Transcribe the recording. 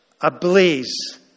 ablaze